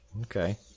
Okay